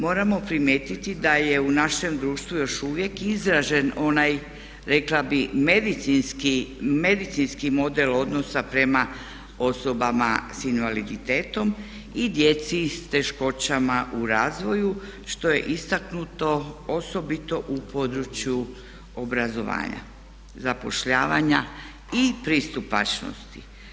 Moramo primijetiti da je u našem društvu još uvijek izražen onaj rekla bih medicinski model odnosa prema osobama sa invaliditetom i djeci s teškoćama u razvoju što je istaknuto osobito u području obrazovanja, zapošljavanja i pristupačnosti.